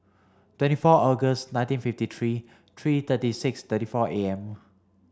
twenty four August nineteen fifty three three thirty six thirty four A M